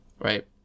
right